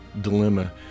dilemma